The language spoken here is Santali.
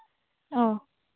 ᱚ